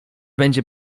będzie